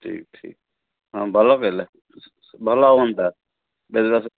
ଠିକ୍ ଠିକ୍ ହଁ ଭଲ କହିଲେ ଭଲ ହୁଅନ୍ତା ବେଦବ୍ୟାସ